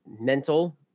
mental